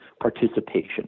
participation